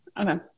Okay